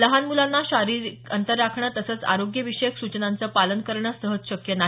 लहान मुलांना शारीरिक अंतर राखणं तसंच आरोग्य विषयक सूचनांचं पालन करणं सहज शक्य नाही